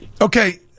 Okay